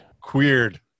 queered